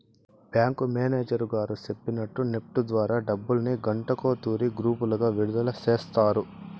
bank manager గారు సెప్పినట్టు NEFT ద్వారా డబ్బుల్ని గంటకో తూరి గ్రూపులుగా విడదల సేస్తారు